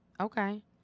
okay